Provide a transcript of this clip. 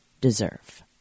deserve